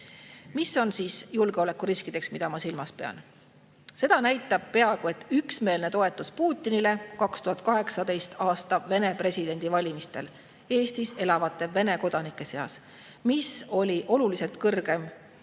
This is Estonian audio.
Mis on julgeolekuriskid, mida ma silmas pean? Seda näitab peaaegu üksmeelne toetus Putinile 2018. aasta Vene presidendivalimistel Eestis elavate Vene kodanike seas. See oli oluliselt kõrgem